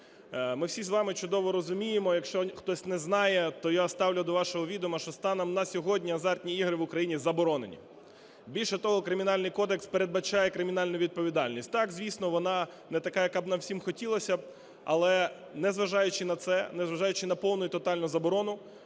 Ми всі з вами чудово розуміємо, якщо хтось не знає, то я ставлю до вашого відома, що станом на сьогодні азартні ігри в Україні заборонені. Більше того, Кримінальний кодекс передбачає кримінальну відповідальність. Так, звісно, вона не така, як нам всім хотілося б, але, не зважаючи на це, незважаючи на повну і тотальну заборону,